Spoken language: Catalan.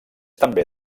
també